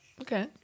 Okay